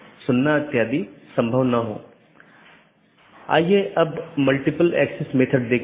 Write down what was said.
इसलिए बहुत से पारगमन ट्रैफ़िक का मतलब है कि आप पूरे सिस्टम को ओवरलोड कर रहे हैं